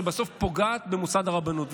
שבסוף פוגעת במוסד הרבנות.